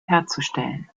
herzustellen